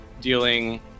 dealing